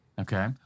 okay